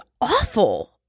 awful